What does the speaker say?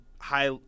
high